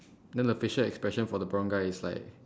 then the facial expression for the brown guy is like